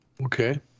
Okay